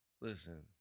Listen